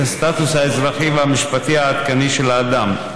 הסטטוס האזרחי והמשפטי העדכני של האדם.